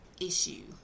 issue